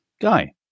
guy